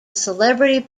celebrity